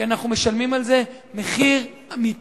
כי אנחנו משלמים על זה מחיר אמיתי,